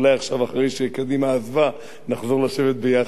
אולי עכשיו, אחרי שקדימה עזבה, נחזור לשבת ביחד,